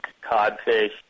codfish